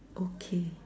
okay